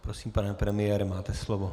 Prosím, pane premiére, máte slovo.